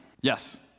Yes